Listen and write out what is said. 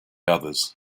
others